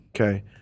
Okay